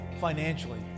financially